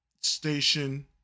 station